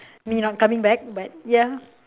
me not coming back but ya